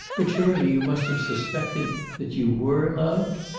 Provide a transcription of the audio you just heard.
but surely you must have suspected that you were loved